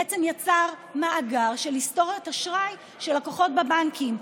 בעצם יצר מאגר של היסטוריית אשראי של לקוחות הבנקים.